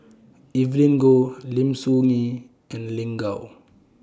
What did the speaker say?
Evelyn Goh Lim Soo Ngee and Lin Gao